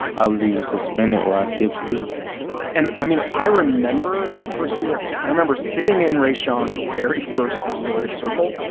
i was either suspended, or i skipped school and, i mean, i remember that first year. i remember sitting in rashawn's very first restorative circle.